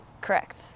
Correct